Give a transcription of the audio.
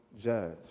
judge